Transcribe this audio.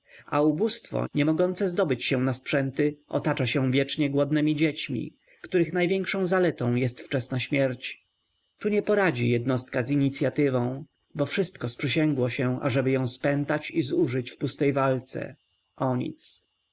a ubóstwo nie mogące zdobyć się na sprzęty otacza się wiecznie głodnemi dziećmi których największą zaletą jest wczesna śmierć tu nie poradzi jednostka z inicyatywą bo wszystko sprzysięgło się ażeby ją spętać i zużyć w pustej walce